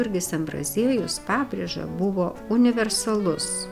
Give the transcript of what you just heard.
jurgis ambraziejus pabrėža buvo universalus